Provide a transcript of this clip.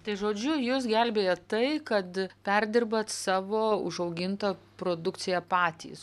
ta žodžiu jus gelbėja tai kad perdirbat savo užaugintą produkciją patys